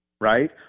right